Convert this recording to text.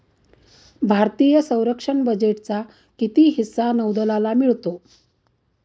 भारतीय संरक्षण बजेटचा किती हिस्सा नौदलाला मिळतो?